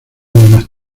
más